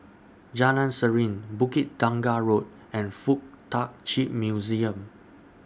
Jalan Serene Bukit Tunggal Road and Fuk Tak Chi Museum